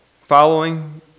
following